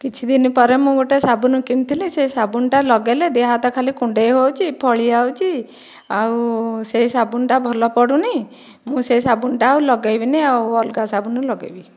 କିଛି ଦିନ ପରେ ମୁଁ ଗୋଟିଏ ସାବୁନ କିଣିଥିଲି ସେ ସାବୁନଟା ଲଗାଇଲେ ଦେହ ହାତ ଖାଲି କୁଣ୍ଡେଇ ହେଉଛି ଫଳି ଯାଉଛି ଆଉ ସେ ସାବୁନଟା ଭଲ ପଡ଼ୁନି ମୁଁ ସେ ସାବୁନଟା ଲଗାଇବିନି ଆଉ ଅଲଗା ସାବୁନ ଲଗାଇବି